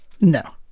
No